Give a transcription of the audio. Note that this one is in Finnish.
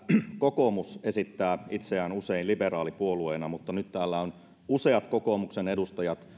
kokoomus esittää itsensä usein liberaalipuolueena mutta nyt täällä ovat useat kokoomuksen edustajat